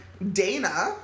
Dana